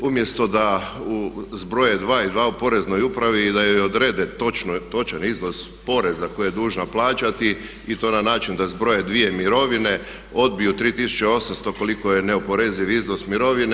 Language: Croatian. Umjesto da zbroje dva i dva u Poreznoj upravi i da joj odrede točan iznos poreza koji je dužna plaćati i to na način da zbroje dvije mirovine, odbiju 3800 koliko je neoporezivi iznos mirovine.